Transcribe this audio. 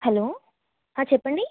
hello చెప్పండి